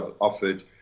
offered